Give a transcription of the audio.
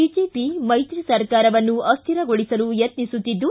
BJP ಮೈತ್ರಿ ಸರ್ಕಾರವನ್ನು ಅಕ್ಕಿರಗೊಳಿಸಲು ಯತ್ನಿಸುತ್ತಿದ್ದು